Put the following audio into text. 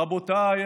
רבותיי,